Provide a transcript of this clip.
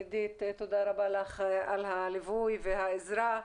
עידית, תודה רבה לך על הליווי והעזרה.